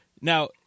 Now